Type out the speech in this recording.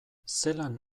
zelan